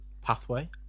pathway